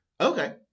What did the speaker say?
Okay